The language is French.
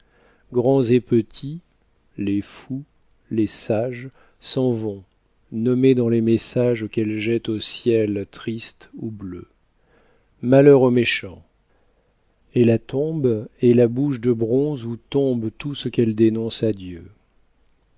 grands et petits les fous les sages s'en vont nommés dans les messages qu'elle jette au ciel triste ou bleu malheur aux méchants et la tombe est la bouche de bronze où tombe tout ce qu'elle dénonce à dieu